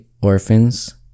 orphans